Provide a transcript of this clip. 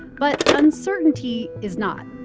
but uncertainty is not.